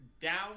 down